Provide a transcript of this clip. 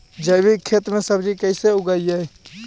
जैविक खेती में सब्जी कैसे उगइअई?